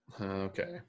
Okay